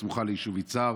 הסמוכה ליישוב יצהר.